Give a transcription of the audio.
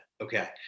okay